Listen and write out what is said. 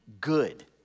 good